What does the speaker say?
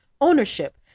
Ownership